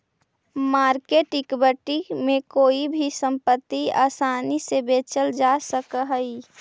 market equity में कोई भी संपत्ति आसानी से बेचल जा सकऽ हई